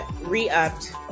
re-upped